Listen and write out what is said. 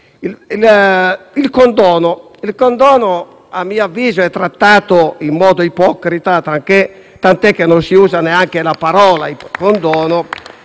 Il condono, a mio avviso, è trattato in modo ipocrita, tant'è che non si usa neanche la parola «condono»,